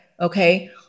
okay